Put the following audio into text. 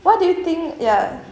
what do you think ya